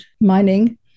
mining